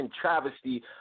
travesty